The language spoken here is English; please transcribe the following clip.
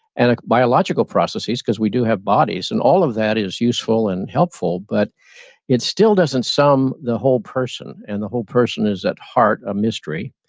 and biological processes, cause we do have bodies. and all of that is useful and helpful, but it's still doesn't sum the whole person. and the whole person is at heart, a mystery.